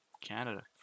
Canada